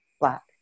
black